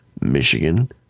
Michigan